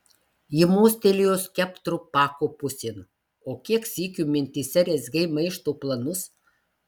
ji mostelėjo skeptru pako pusėn o kiek sykių mintyse rezgei maišto planus